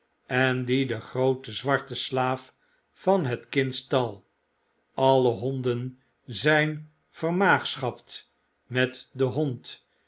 en dien de groote zwarte slaaf van het kind stal alle honden zijn vermaagschapt met den hond